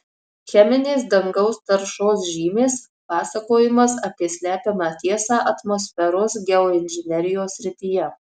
cheminės dangaus taršos žymės pasakojimas apie slepiamą tiesą atmosferos geoinžinerijos srityje